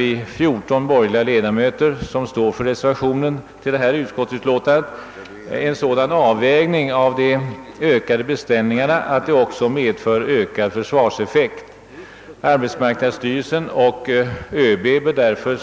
Vi 14 borgerliga ledamöter som står bakom reservationen vid detta utskottsutlåtande menar också, att ökningen av beställningarna behöver så avvägas att dessutom större försvarseffekt uppnås. Arbetsmarknadsstyrelsen och ÖB bör därför